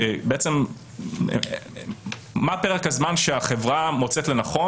והם לא גופים שבעצמם מנהלים את ההליך.